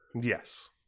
yes